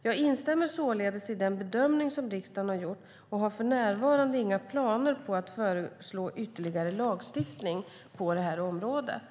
Jag instämmer således i den bedömning som riksdagen har gjort och har för närvarande inga planer på att föreslå ytterligare lagstiftning på området.